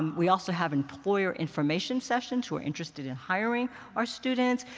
we also have employer information sessions, who are interested in hiring our students.